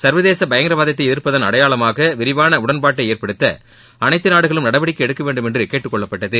சர்வதேச பயங்கரவாதத்தை எதிர்ப்பதன் அடையாளமாக விரிவான உடன்பாட்டை ஏற்படுத்த அனைத்து நாடுகளும் நடவடிக்கை எடுக்க வேண்டும் என்று கேட்டுக் கொள்ளப்பட்டது